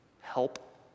help